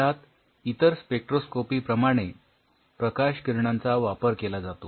यात इतर स्पेक्ट्रोस्कोपीप्रमाणे प्रकाशकिरणांचा वापर केला जातो